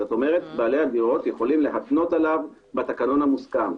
כלומר בעלי הדירות יכולים להקנות עליו בתקנון המוסכם.